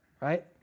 right